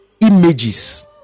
images